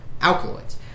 alkaloids